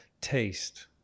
taste